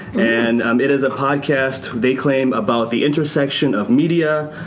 and um it is a podcast, they claim, about the intersection of media,